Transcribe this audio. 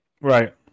right